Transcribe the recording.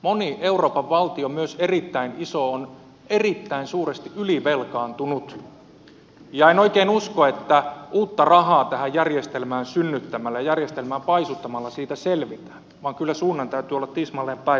moni euroopan valtio myös erittäin iso on erittäin suuresti ylivelkaantunut ja en oikein usko että uutta rahaa tähän järjestelmään synnyttämällä järjestelmää paisuttamalla siitä selvitään vaan kyllä suunnan täytyy olla tismalleen päinvastainen